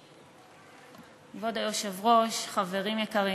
כבוד היושב-ראש, חברים יקרים,